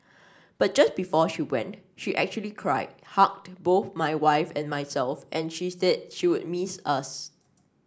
but just before she went she actually cried hugged both my wife and myself and she said she would miss us